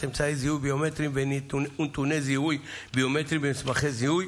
אמצעי זיהוי ביומטריים ונתוני זיהוי ביומטריים במסמכי זיהוי